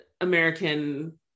American